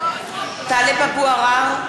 טלב אבו עראר,